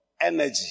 energy